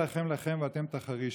"ה' יִלחם לכם ואתם תחרישון".